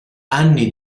anni